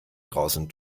draußen